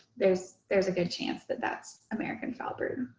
there's, there's a good chance that that's american foulbrood.